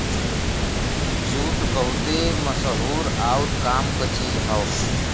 jute बहुते मसहूर आउर काम क चीज हौ